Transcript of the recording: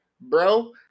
Bro